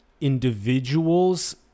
individuals